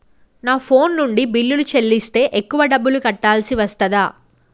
నా ఫోన్ నుండి బిల్లులు చెల్లిస్తే ఎక్కువ డబ్బులు కట్టాల్సి వస్తదా?